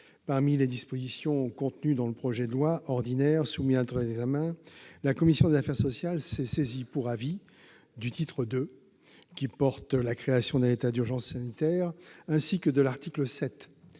Parmi les dispositions contenues dans le projet de loi ordinaire soumis à notre examen, la commission des affaires sociales s'est saisie pour avis du titre II, qui porte sur la création d'un état d'urgence sanitaire, ainsi que de l'article 7,